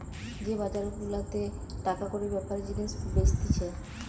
যে বাজার গুলাতে টাকা কড়ির বেপারে জিনিস বেচতিছে